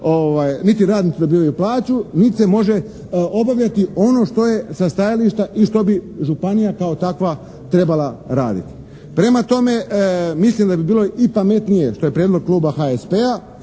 niti radnici dobivaju plaću, niti se može obavljati ono što je sa stajališta i što bi županija kao takva trebala raditi. Prema tome, mislim da bi bilo i pametnije što je prijedlog Kluba HSP-a